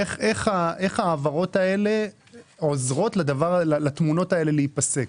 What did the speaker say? איך ההעברות האלה עוזרות לתמונות האלה להיפסק?